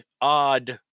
odd